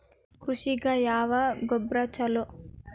ಕೃಷಿಗ ಯಾವ ಗೊಬ್ರಾ ಛಲೋ?